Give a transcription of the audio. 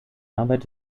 arbeit